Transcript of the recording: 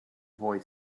boy